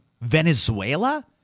Venezuela